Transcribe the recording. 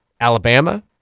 Alabama